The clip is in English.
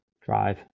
drive